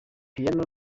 piano